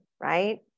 right